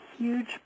Huge